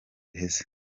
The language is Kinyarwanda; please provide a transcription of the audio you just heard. guheze